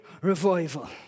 revival